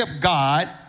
God